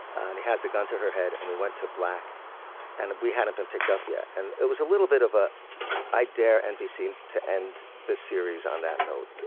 and he has the gun to her head. and we went to black and we hadn't been picked up yet. and it was a little bit of a i dare. and be seen to end the series on that note.